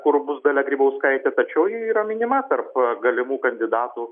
kur bus dalia grybauskaitė tačiau ji yra minima tarp galimų kandidatų